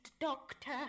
doctor